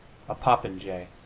a popinjay,